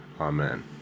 Amen